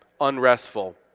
unrestful